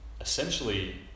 essentially